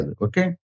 okay